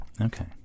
Okay